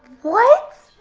what?